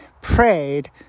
prayed